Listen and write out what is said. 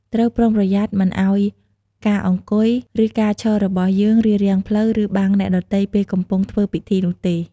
ត្រូវប្រុងប្រយ័ត្នមិនឲ្យការអង្គុយ ឬការឈររបស់យើងរារាំងផ្លូវ ឬបាំងអ្នកដទៃពេលកំពុងធ្វើពិធីនោះទេ។